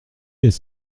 est